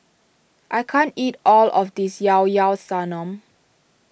I can't eat all of this Llao Llao Sanum